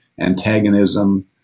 antagonism